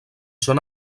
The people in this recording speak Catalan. són